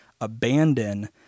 abandon